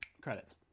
credits